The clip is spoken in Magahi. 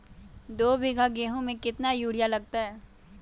दो बीघा गेंहू में केतना यूरिया लगतै?